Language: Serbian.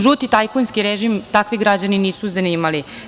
Žuti tajkunski režim takvi građani nisu zanimali.